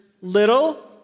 little